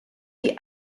die